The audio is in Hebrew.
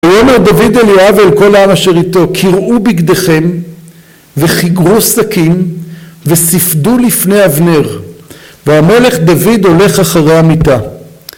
ויאמר דוד אל יואב ואל כל העם אשר איתו קירעו בגדיכם וחיגרו שקים וסיפדו לפני אבנר. והמלך דוד הולך אחרי המיטה